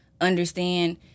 understand